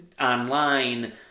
online